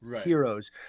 heroes